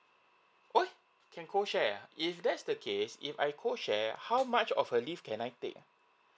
!oi! can call share uh if that's the case if I call share how much of a leave can I take uh